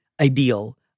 ideal